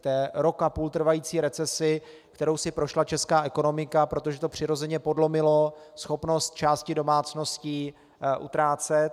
Té rok a půl trvající recesi, kterou si prošla česká ekonomika, protože to přirozeně podlomilo schopnost části domácností utrácet.